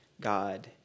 God